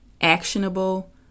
actionable